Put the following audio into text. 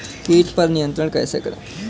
कीट पर नियंत्रण कैसे करें?